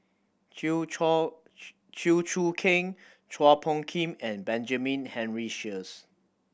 Chew Chua Chew Choo Keng Chua Phung Kim and Benjamin Henry Sheares